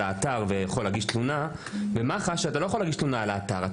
אתר ויכול להגיש תלונה במח"ש אתה לא יכול להגיש תלונה על האתר.